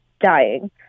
dying